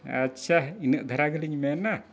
ᱟᱪᱪᱷᱟ ᱤᱱᱟᱹᱜ ᱫᱷᱟᱨᱟ ᱜᱮᱞᱤᱧ ᱢᱮᱱᱟ